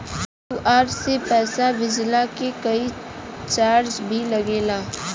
QR से पैसा भेजला के कोई चार्ज भी लागेला?